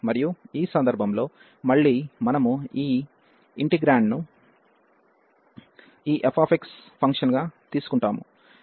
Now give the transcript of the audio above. మరియు ఈ సందర్భంలో మళ్ళీ మనము ఈ ఇంటిగ్రేండ్ను ఈ f ఫంక్షన్గా తీసుకుంటాము